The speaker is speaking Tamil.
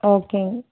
ஓகேங்க